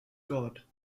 god